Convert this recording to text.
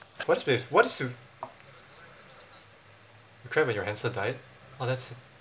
what is with what is with you cried when your hamster died orh that's s~